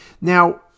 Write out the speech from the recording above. Now